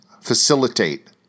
Facilitate